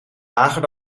lager